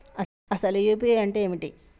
అసలు యూ.పీ.ఐ అంటే ఏమిటి?